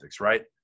right